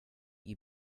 you